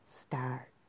start